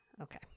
Okay